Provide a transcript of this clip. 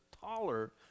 taller